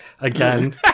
Again